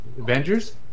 Avengers